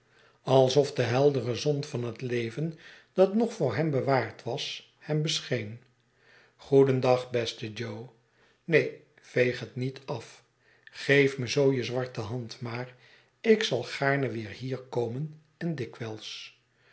alsof de heldere zon van het leven dat nog voor hem bewaard was hem bescheen goedendag beste jo neen veeg het niet af geef me zoo je zwarte hand maar ik zal gaarne weer hier komen en dikwijls